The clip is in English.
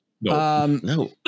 No